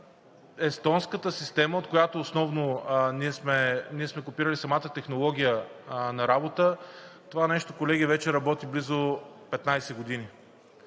естонската система, от която основно ние сме копирали самата технология на работа, това нещо, колеги, вече работи близо 15 години